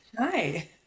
Hi